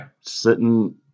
sitting